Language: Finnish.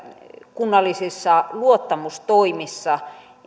kunnallisissa luottamustoimissa